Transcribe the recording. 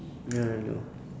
ya I know